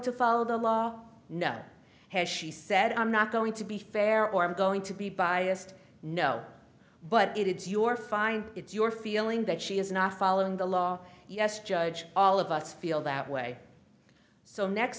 to follow the law no has she said i'm not going to be fair or i'm going to be biased no but it is your fine it's your feeling that she is not following the law yes judge all of us feel that way so